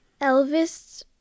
elvis